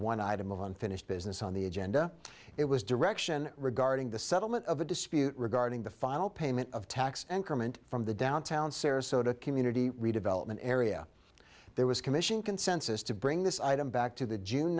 one item of unfinished business on the agenda it was direction regarding the settlement of a dispute regarding the final payment of tax and comment from the downtown sarasota community redevelopment area there was commission consensus to bring this item back to the june